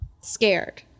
scared